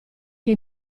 che